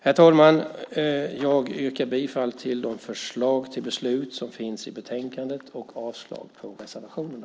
Herr talman! Jag yrkar bifall till förslaget till beslut och avslag på reservationerna.